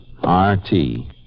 R-T